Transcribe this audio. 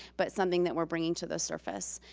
but something that we're bringing to the surface.